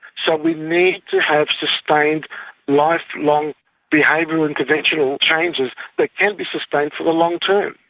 so we need to have sustained lifelong behavioural interventional changes that can be sustained for the long-term.